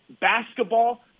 basketball